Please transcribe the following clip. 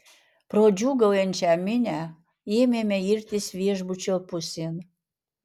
pro džiūgaujančią minią ėmėme irtis viešbučio pusėn